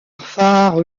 phare